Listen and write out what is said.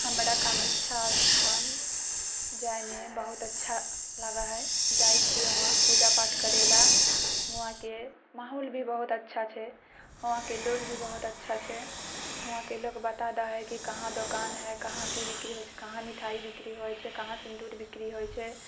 हमरा कामेच्छा स्थान जाइमे बहुत अच्छा लागऽ है जाइ छियै वहाँ पूजा पाठ करैला हुवाँके माहौल भी बहुत अच्छा छै हुवाँके लोग भी बहुत अच्छा छै हुवाँके लोग बताए दै है की कहाँ दोकान है कहाँ की बिक्री होइ छै कहाँ मिठाइ बिक्री होइ छै कहाँ सिन्दूर बिक्री होइ छै